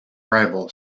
rival